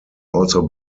also